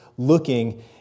looking